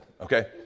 okay